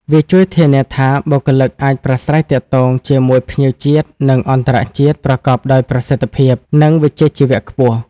វាជួយធានាថាបុគ្គលិកអាចប្រាស្រ័យទាក់ទងជាមួយភ្ញៀវជាតិ និងអន្តរជាតិប្រកបដោយប្រសិទ្ធភាព និងវិជ្ជាជីវៈខ្ពស់។